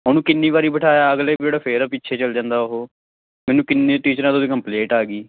ਉਹਨੂੰ ਕਿੰਨੀ ਵਾਰੀ ਬਿਠਾਇਆ ਅਗਲੇ ਪੀਰੀਅਡ ਫਿਰ ਪਿੱਛੇ ਚਲ ਜਾਂਦਾ ਉਹ ਮੈਨੂੰ ਕਿੰਨੇ ਟੀਚਰਾਂ ਤੋਂ ਉਹਦੀ ਕੰਪਲੇਂਟ ਆ ਗਈ